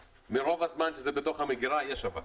מרוב הזמן שזה בתוך המגרה, יש אבק.